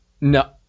No